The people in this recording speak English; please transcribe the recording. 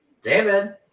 David